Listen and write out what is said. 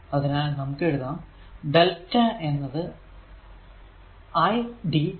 അതിനാൽ നമുക്ക് എഴുതാം ഡെൽറ്റ എന്നത് i dt